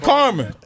Carmen